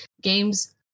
games